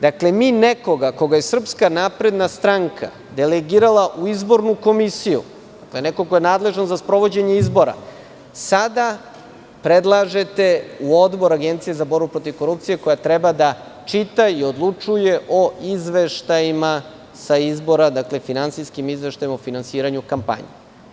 Dakle, mi nekoga koga je Srpska napredna stranka delegirala u izbornu komisiju, to je neko ko je nadležan za sprovođenje izbora, sada predlažete u Odbor Agencija za borbu protiv korupcije koja treba da čita i odlučuje o izveštajima sa izbora, dakle, finansijskim izveštajima o finansiranju kampanje.